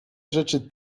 rzeczy